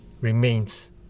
remains